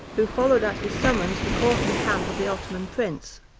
who followed at his summons the court and camp of the ottoman prince.